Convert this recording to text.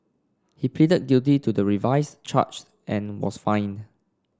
he pleaded guilty to the revised charge and was fined